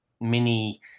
mini